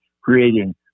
creating